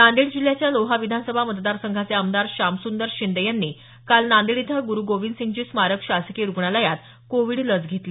नांदेड जिल्ह्याच्या लोहा विधानसभा मतदार संघाचे आमदार श्यामसुंदर शिंदे यांनी काल नांदेड इथं गुरू गोविंदसिंगजी स्मारक शासकीय रुग्णालयात कोविड लस घेतली